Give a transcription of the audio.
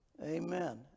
Amen